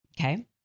Okay